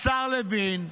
השר לוין,